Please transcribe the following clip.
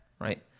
right